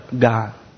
god